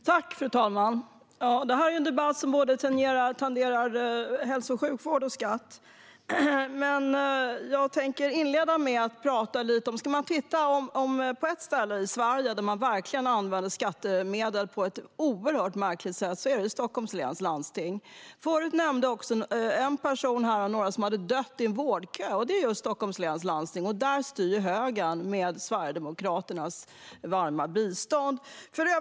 Fru talman! Det här är en debatt som tangerar både hälso och sjukvård och skatt. Ett ställe där man verkligen använder skattemedel på ett oerhört märkligt sätt är Stockholms läns landsting. En person här nämnde några som hade dött i en vårdkö. Det gäller just Stockholms läns landsting. Där styr högern med Sverigedemokraternas varma bistånd.